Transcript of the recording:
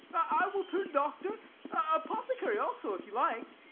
i will turn doctor apothecary also, if you like.